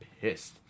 pissed